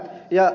kyllä